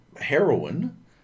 heroin